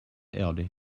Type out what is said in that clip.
erde